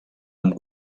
amb